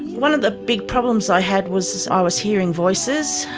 one of the big problems i had was i was hearing voices.